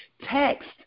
Text